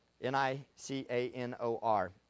N-I-C-A-N-O-R